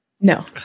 No